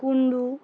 Kundu